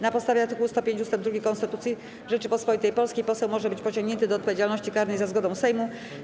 Na podstawie art. 105 ust. 2 Konstytucji Rzeczypospolitej Polskiej poseł może być pociągnięty do odpowiedzialności karnej za zgodą Sejmu.